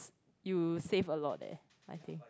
you save a lot leh I think